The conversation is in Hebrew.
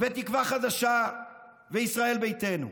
תקווה חדשה וישראל ביתנו.